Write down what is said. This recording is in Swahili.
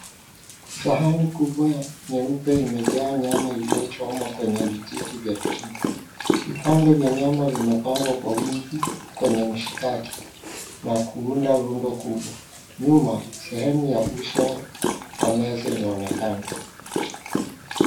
Sahani kubwa nyeupe imejaa nyama iliyochomwa kwenye vijiti vya chuma. Vipande vya nyama vimepangwa kwa wingi kwenye mshikaki na kuunda rundo kubwa. Nyuma sehemu ya uso wa meza inaonekana.